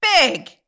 Big